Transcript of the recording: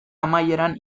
amaieran